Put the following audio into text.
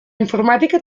informàtica